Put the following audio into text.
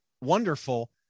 wonderful